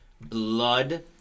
blood